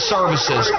Services